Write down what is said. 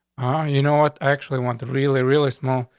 you know what actually wanted really, really small.